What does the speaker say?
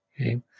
Okay